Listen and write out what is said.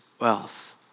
wealth